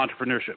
Entrepreneurship